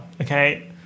Okay